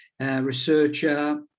Researcher